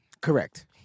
Correct